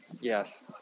Yes